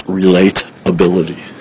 relatability